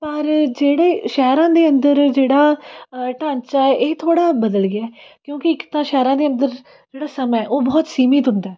ਪਰ ਜਿਹੜੇ ਸ਼ਹਿਰਾਂ ਦੇ ਅੰਦਰ ਜਿਹੜਾ ਢਾਂਚਾ ਏ ਇਹ ਥੋੜ੍ਹਾ ਬਦਲ ਗਿਆ ਕਿਉਂਕਿ ਇੱਕ ਤਾਂ ਸ਼ਹਿਰਾਂ ਦੇ ਅੰਦਰ ਜਿਹੜਾ ਸਮਾਂ ਉਹ ਬਹੁਤ ਸੀਮਿਤ ਹੁੰਦਾ